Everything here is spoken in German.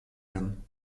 werden